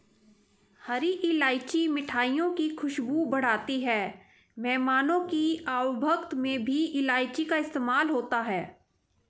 हरी इलायची मिठाइयों की खुशबू बढ़ाती है मेहमानों की आवभगत में भी इलायची का इस्तेमाल होता है